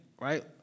right